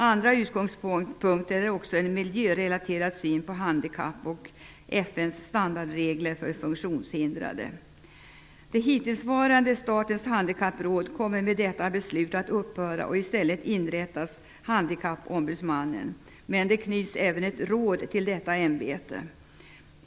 Andra utgångspunkter är en miljörelaterad syn på handikapp och FN:s standardregler för funktionshindrade. Det hittillsvarande Statens handikappråd kommer i och med detta beslut att upphöra. I stället inrättas Handikappombudsmannen, men även till detta ämbete knyts ett råd.